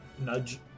nudge